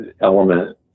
element